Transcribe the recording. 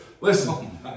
listen